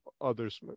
others